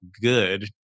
good